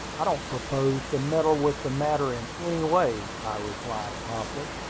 i don't propose to meddle with the matter in any way, i replied promptly.